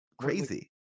Crazy